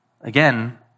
Again